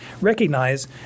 recognize